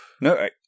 no